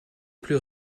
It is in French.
plus